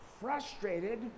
frustrated